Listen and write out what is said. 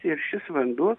ir šis vanduo